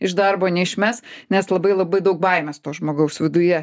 iš darbo neišmes nes labai labai daug baimės to žmogaus viduje